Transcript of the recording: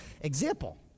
Example